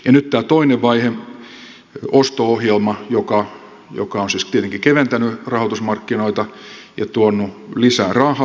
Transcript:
ja nyt tämä toinen vaihe osto ohjelma on siis tietenkin keventänyt rahoitusmarkkinoita ja tuonut lisää rahaa